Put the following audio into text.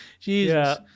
Jesus